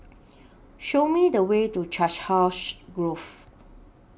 Show Me The Way to Chiselhurst Grove